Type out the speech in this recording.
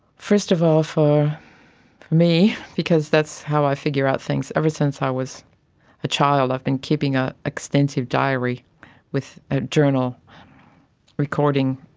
first of all for me because that's how i figure out things. ever since i was a child i've been keeping an ah extensive diary with a journal recording,